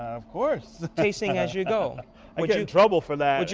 of course. tasting as you go. i get in trouble for that.